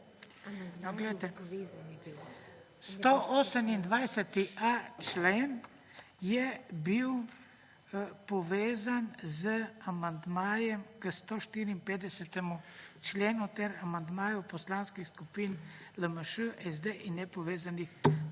128.a člen je bil povezan z amandmajem k 154. členu ter amandmaju Poslanskih skupin LMŠ, SD in nepovezanih